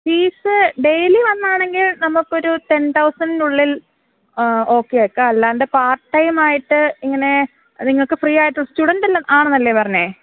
fees daily വന്നാണെങ്കിൽ നമ്മള്ക്കൊരു ten തൗസന്റിനുള്ളിൽ ഓക്കെ ആക്കാം അല്ലാണ്ട് പാർട്ട് ടൈമായിട്ട് ഇങ്ങനെ നിങ്ങള്ക്ക് ഫ്രീ ആയിട്ടുള്ള സ്റ്റുഡൻ്റ് എല്ലാം ആണെന്നല്ലേ പറഞ്ഞത്